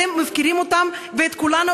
אתם מפקירים אותם ואת כולנו,